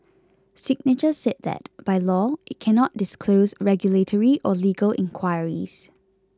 signature said that by law it cannot disclose regulatory or legal inquiries